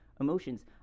emotions